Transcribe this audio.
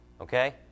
okay